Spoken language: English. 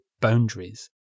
boundaries